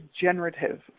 generative